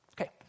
Okay